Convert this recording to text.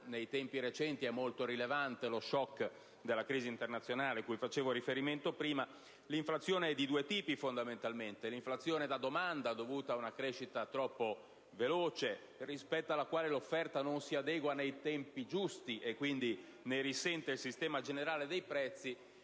nei tempi recenti, è molto rilevante lo *shock* della crisi internazionale, cui facevo riferimento prima. L'inflazione, quindi, si presenta fondamentalmente di due tipi: quella da domanda, dovuta ad una crescita troppo veloce, rispetto alla quale l'offerta non si adegua nei tempi giusti e, quindi, ne risente il sistema generale dei prezzi;